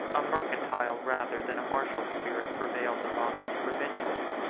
a mercantile, rather than a martial, spirit prevailed among his provincials,